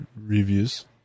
reviews